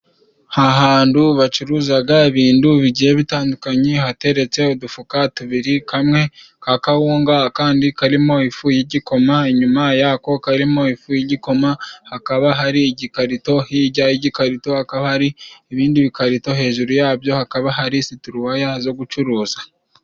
Aha hantu bacuruzaga ibintu bigiye bitandukanye, hateretse udufuka tubiri kamwe ka kawunga, akandi karimo ifu y'igikoma, inyuma yako karimo ifu y'igikoma, hakaba hari igikarito, hijya y'igikarito hakaba hari ibindi bikarito, hejuru yabyo hakaba hari situruwaya zo gucuruza.